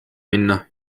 minna